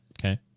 Okay